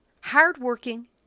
hardworking